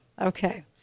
Okay